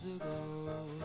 ago